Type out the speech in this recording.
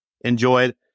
enjoyed